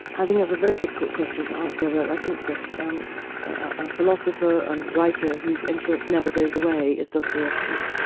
i think that's a very difficult question to answer, but i think that um a philosopher, a and writer whose influence never goes away is dostoyevsky.